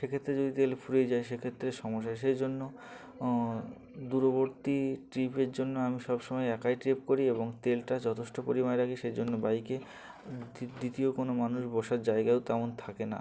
সেক্ষেত্রে যদি তেল ফুরিয়ে যায় সেক্ষেত্রে সমস্যা সেই জন্য দূরবর্তী ট্রিপের জন্য আমি সবসময় একাই ট্রিপ করি এবং তেলটা যথেষ্ট পরিমাণে রাখি সেই জন্য বাইকে দ্বিতীয় কোনো মানুষ বসার জায়গাও তেমন থাকে না